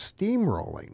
steamrolling